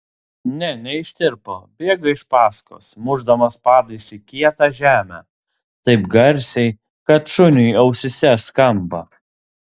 ne neištirpo bėga iš paskos mušdamas padais į kietą žemę taip garsiai kad šuniui ausyse skamba